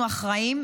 אנחנו אחראים,